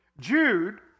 Jude